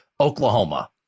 Oklahoma